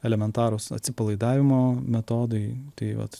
elementarūs atsipalaidavimo metodai tai vat